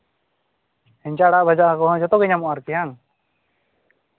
ᱦᱮᱝᱪᱟ ᱟᱲᱟᱜ ᱵᱷᱟᱡᱟ ᱠᱚᱦᱚᱸ ᱡᱚᱛᱚᱜᱮ ᱧᱟᱢᱚᱜᱼᱟ ᱟᱨᱠᱤ